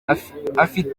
afite